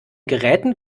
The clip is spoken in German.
geräten